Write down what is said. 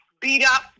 beat-up